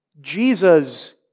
Jesus